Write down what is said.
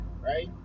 right